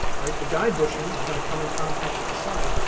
right? the guide bushing is gonna come in contact with the side.